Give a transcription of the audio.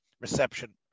reception